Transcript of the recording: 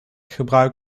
gebruik